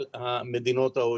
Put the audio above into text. מה לעשות?